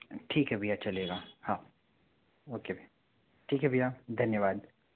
ठीक है भईया चलेगा हाँ ओके ठीक है भईया धन्यवाद